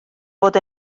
fod